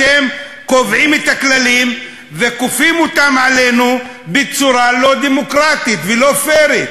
אתם קובעים את הכללים וכופים אותם עלינו בצורה לא דמוקרטית ולא פיירית.